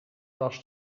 was